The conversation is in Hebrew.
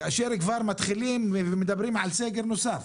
כאשר כבר מתחילים ומדברים על סגר נוסף.